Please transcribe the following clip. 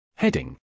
Heading